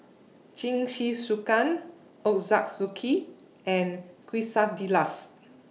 Jingisukan Ochazuke and Quesadillas